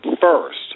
first